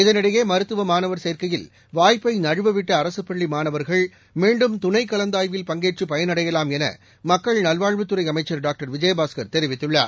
இதனிடையே மருத்துவமாணவர் சேர்க்கையில் வாய்ப்பைநழவவிட்டஅரசுபள்ளிமாணவர்கள் மீண்டும் துணைகலந்தாய்வில் பங்கேற்றுபயனடையலாம் எனமக்கள் நல்வாழ்வுத்துறைஅமைச்சர் டாக்டர் விஜயபாஸ்கர் தெரிவித்துள்ளார்